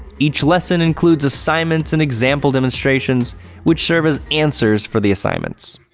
each lesson includes assignments and example demonstrations which serve as answers for the assignments.